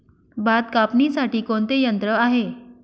भात कापणीसाठी कोणते यंत्र आहे?